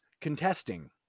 contesting